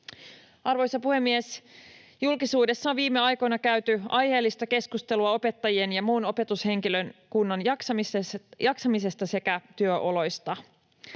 Arvoisa puhemies! Julkisuudessa on viime aikoina käyty aiheellista keskustelua opettajien ja muun opetushenkilökunnan jaksamisesta sekä työoloista.